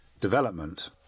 development